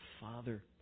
Father